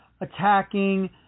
attacking